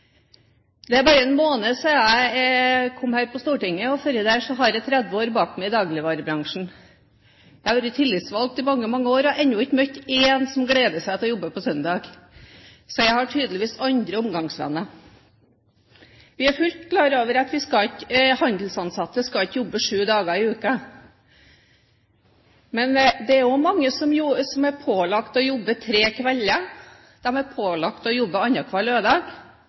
Det er bare én måned siden jeg kom hit på Stortinget, og før det har jeg 30 år bak meg i dagligvarebransjen. Jeg har vært tillitsvalgt i mange år, og har ennå ikke møtt én som gleder seg til å jobbe på søndag, så jeg har tydeligvis andre omgangsvenner. Vi er fullt klar over at handelsansatte ikke skal jobbe sju dager i uken, men det er mange som er pålagt å jobbe tre kvelder, de er pålagt å jobbe annenhver lørdag,